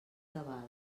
tabal